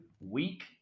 week